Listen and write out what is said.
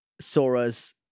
sora's